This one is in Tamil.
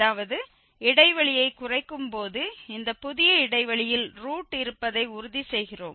அதாவது இடைவெளியைக் குறைக்கும் போது இந்த புதிய இடைவெளியில் ரூட் இருப்பதை உறுதி செய்கிறோம்